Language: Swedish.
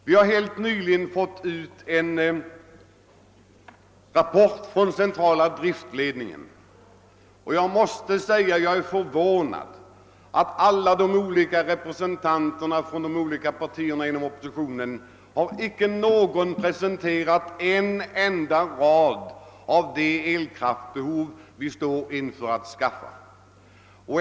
Vi har helt nyligen fått en rapport från Centrala driftledningen. Jag är förvånad över att inte någon representant för oppositionspartierna har nämnt det elkraftbehov vi måste täcka.